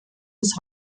des